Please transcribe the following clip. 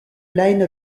line